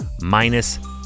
minus